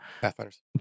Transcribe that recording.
pathfinders